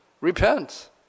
Repent